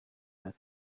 تره